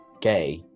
gay